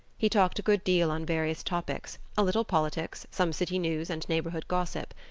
he talked a good deal on various topics, a little politics, some city news and neighborhood gossip.